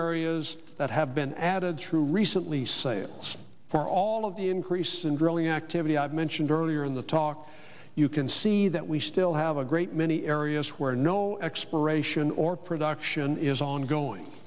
areas that have been added through recently sales for all of the increase in drilling activity i mentioned earlier in the talk you can see that we still have a great many areas where no exploration or production is ongoing